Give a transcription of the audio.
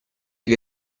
che